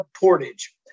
portage